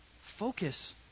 Focus